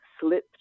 slipped